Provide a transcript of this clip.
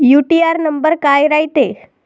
UTR number काय रायते?